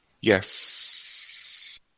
Yes